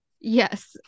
Yes